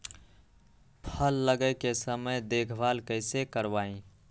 फल लगे के समय देखभाल कैसे करवाई?